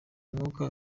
mwuga